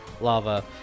lava